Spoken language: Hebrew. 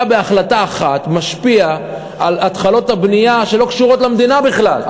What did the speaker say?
אתה בהחלטה אחת משפיע על התחלות בנייה שלא קשורות למדינה בכלל,